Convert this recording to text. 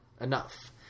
enough